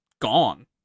gone